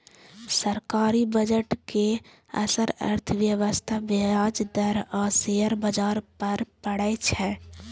सरकारी बजट के असर अर्थव्यवस्था, ब्याज दर आ शेयर बाजार पर पड़ै छै